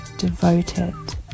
devoted